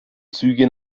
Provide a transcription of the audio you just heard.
züge